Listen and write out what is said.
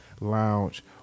Lounge